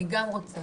אני גם רוצה